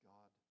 God